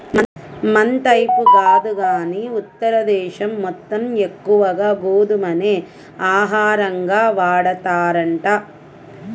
మనైపు కాదు గానీ ఉత్తర దేశం మొత్తం ఎక్కువగా గోధుమనే ఆహారంగా వాడతారంట